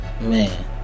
Man